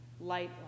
light